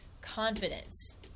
confidence